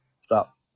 Stop